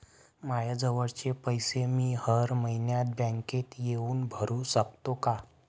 मायाजवळचे पैसे मी हर मइन्यात बँकेत येऊन भरू सकतो का?